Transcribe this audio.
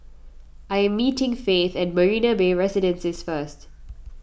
I am meeting Faith at Marina Bay Residences first